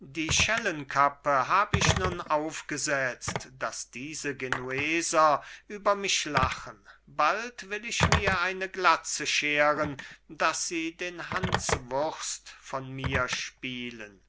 die schellenkappe hab ich nun aufgesetzt daß diese genueser über mich lachen bald will ich mir eine glatze scheren daß sie den hanswurst von mir spielen